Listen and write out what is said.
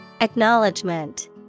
Acknowledgement